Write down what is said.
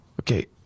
Okay